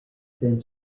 than